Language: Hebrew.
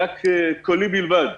הודעה קולית בלבד.